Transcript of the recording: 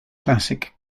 classic